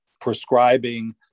prescribing